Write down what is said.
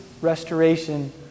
restoration